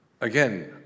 Again